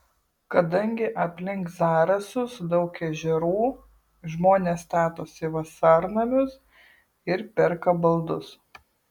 kadangi aplink zarasus daug ežerų žmonės statosi vasarnamius ir perka baldus